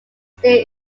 still